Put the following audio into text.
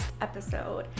episode